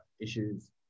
issues